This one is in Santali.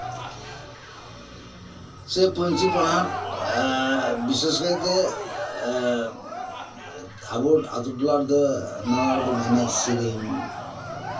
ᱥᱮ ᱯᱟᱹᱧᱪᱤᱯᱟᱲᱦᱟᱴ ᱵᱤᱥᱮᱥ ᱠᱟᱭᱛᱮ ᱟᱵᱚ ᱟᱛᱳ ᱴᱚᱞᱟ ᱨᱮᱫᱚ ᱱᱟᱱᱟ ᱨᱚᱠᱚᱢ ᱮᱱᱮᱡ ᱥᱮᱨᱮᱧ